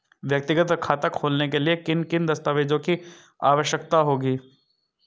व्यक्तिगत खाता खोलने के लिए किन किन दस्तावेज़ों की आवश्यकता होगी?